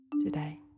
today